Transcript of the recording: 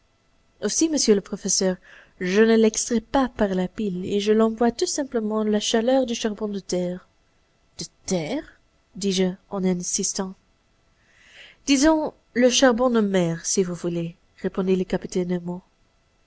aussi monsieur le professeur je ne l'extrais pas par la pile et j'emploie tout simplement la chaleur du charbon de terre de terre dis-je en insistant disons le charbon de mer si vous voulez répondit le capitaine nemo